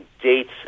dates